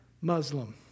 Muslim